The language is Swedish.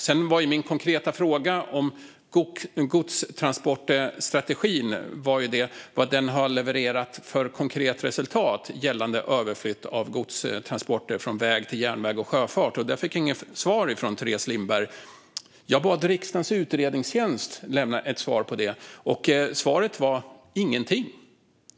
Sedan var min konkreta fråga vad godstransportstrategin har levererat för konkret resultat gällande överflytt av godstransporter från väg till järnväg och sjöfart, men jag fick inget svar från Teres Lindberg. Jag bad Riksdagens utredningstjänst lämna ett svar på det, och svaret var: Ingenting.